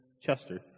Chester